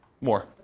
More